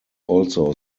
also